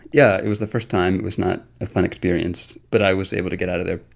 yeah, it was the first time. it was not a fun experience, but i was able to get out of there.